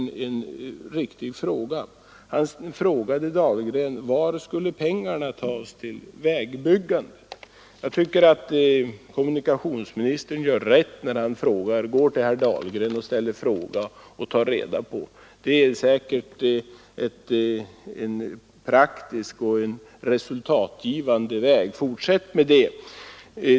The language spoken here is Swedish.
vägbyggandet skulle tas. Jag tycker att kommunikationsministern gör rätt i att gå till herr Dahlgren för att få reda på det. Det är säkert en praktisk och resultatgivande väg. Fortsätt med det!